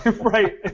Right